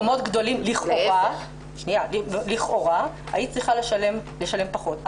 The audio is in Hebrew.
במקומות גדולים, לכאורה, היית צריכה לשלם פחות.